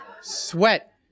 sweat